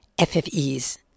FFEs